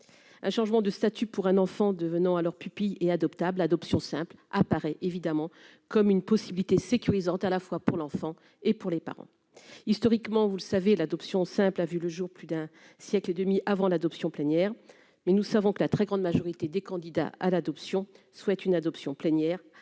un changement de statut pour un enfant, devenant à leurs pupilles et adoptable adoption simple apparaît évidemment comme une possibilité sécurisante à la fois pour l'enfant et pour les parents, historiquement, vous le savez l'adoption simple a vu le jour : plus d'un siècle et demi avant l'adoption plénière, mais nous savons que la très grande majorité des candidats à l'adoption, souhaite une adoption plénière,